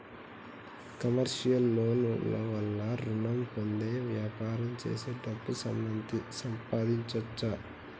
commercial loan ల వల్ల రుణం పొంది వ్యాపారం చేసి డబ్బు సంపాదించొచ్చు